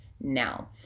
now